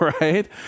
right